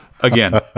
again